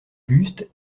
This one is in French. buste